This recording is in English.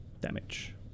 damage